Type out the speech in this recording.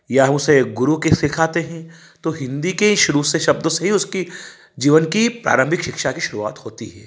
या उसे गुरू की सिखाते हैं तो हिंदी के शुरू से शब्दों से ही उसकी जीवन की प्रारंभिक शिक्षा की शुरुआत होती है